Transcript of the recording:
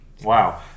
Wow